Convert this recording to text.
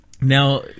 Now